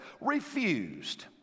refused